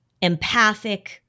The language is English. empathic